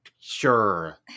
Sure